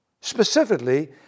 Specifically